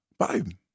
Biden